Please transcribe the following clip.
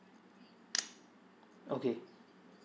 okay